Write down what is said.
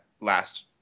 last